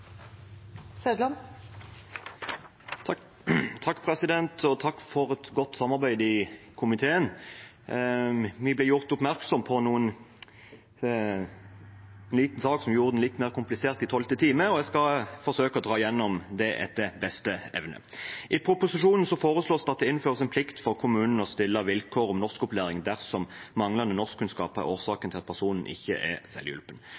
gjorde det mer komplisert. Jeg skal forsøke å dra igjennom det etter beste evne. I proposisjonen foreslås det at det innføres en plikt for kommunene til å stille vilkår om norskopplæring dersom manglende norskkunnskaper er årsaken til at personen ikke er selvhjulpen.